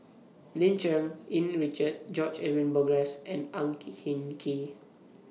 Lim Cherng Yih Richard George Edwin Bogaars and Ang Hin Kee